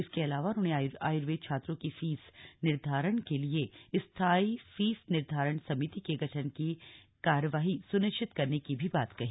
इसके अलावा उन्होंने आयुर्वेद छात्रों की फीस निर्धारण के लिए स्थायी फीस निर्धारण समिति के गठन की कार्यवाही सुनिश्चित करने की भी बात कही